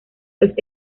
los